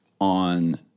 on